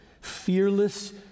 fearless